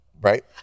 right